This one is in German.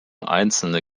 einzelne